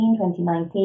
2019